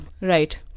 Right